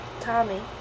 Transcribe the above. Tommy